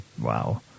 wow